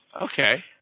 Okay